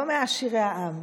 מעשירי העם.